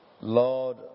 Lord